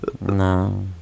no